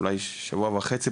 אולי שבוע וחצי,